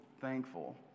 thankful